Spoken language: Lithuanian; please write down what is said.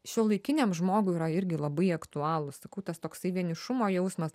šiuolaikiniam žmogui yra irgi labai aktualūs sakau tas toksai vienišumo jausmas